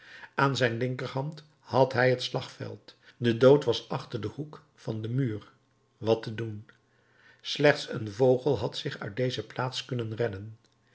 aan zijn linkerhand had hij het slagveld de dood was achter den hoek van den muur wat te doen slechts een vogel had zich uit deze plaats kunnen redden